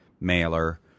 mailer